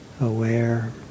aware